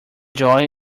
joy